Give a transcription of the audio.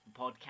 podcast